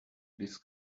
this